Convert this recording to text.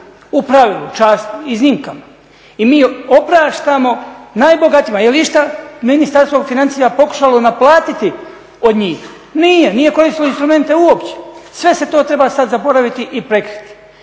u pravilu. Čast iznimkama. I mi opraštamo najbogatijima. Jel' išta Ministarstvo financija pokušalo naplatiti od njih? Nije, nije koristilo instrumente uopće. Sve se to treba sad zaboraviti i prekriti.